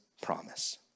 promise